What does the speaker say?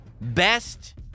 best